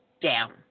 down